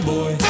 Boy